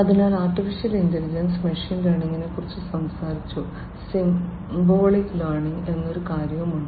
അതിനാൽ AI ഞങ്ങൾ machine ലേണിംഗിനെക്കുറിച്ച് സംസാരിച്ചു സിംബോളിക് ലേണിംഗ് എന്നൊരു കാര്യവുമുണ്ട്